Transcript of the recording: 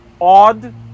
odd